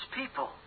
people